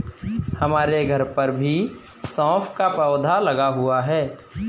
हमारे घर पर भी सौंफ का पौधा लगा हुआ है